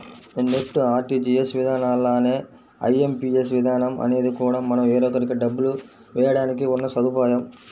NEFT, RTGS విధానాల్లానే IMPS విధానం అనేది కూడా మనం వేరొకరికి డబ్బులు వేయడానికి ఉన్న సదుపాయం